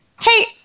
Hey